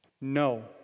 No